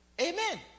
Amen